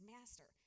Master